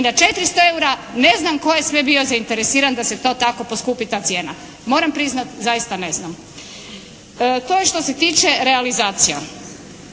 i na 400 eura ne znam tko je sve bio zainteresiran da se to tako poskupi ta cijena. Moram priznati zaista ne znam. To je što se tiče realizacija.